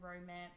romance